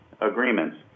agreements